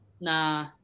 nah